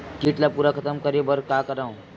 कीट ला पूरा खतम करे बर का करवं?